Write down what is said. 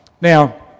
Now